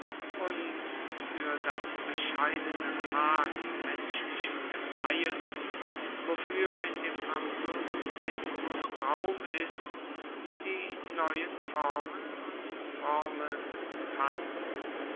und für das bescheidene maß menschlichen gedeihens wofür in dem absolutismus raum ist die neuen formen und formeln fand